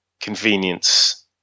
convenience